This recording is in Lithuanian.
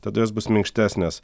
tada jos bus minkštesnės